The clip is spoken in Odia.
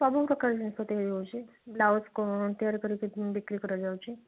ସବୁ ପ୍ରକାର ଜିନିଷ ତିଆରି ହେଉଛି ବ୍ଲାଉଜ୍ କ'ଣ ତିଆରି କରିକି ବିକ୍ରି କରା ଯାଉଛି